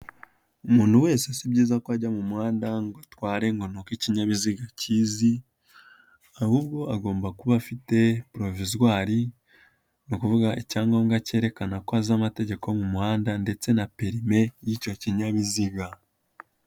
Umuntu wese si byiza ko ajya mu muhanda ngo atware ngo ni uko ikinyabiziga akizi, ahubwo agomba kuba afite provizwari ni ukuvuga icyangombwa kerekana ko azi amategeko yo mu muhanda ndetse na perime y'icyo kinyabiziga.